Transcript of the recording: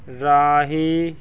ਰਾਹੀਂ